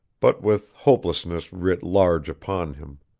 but with hopelessness writ large upon him.